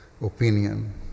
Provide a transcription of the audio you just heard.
opinion